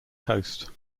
coast